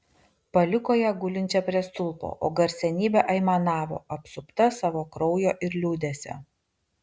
paliko ją gulinčią prie stulpo o garsenybė aimanavo apsupta savo kraujo ir liūdesio